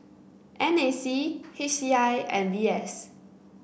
N A C H C I and V S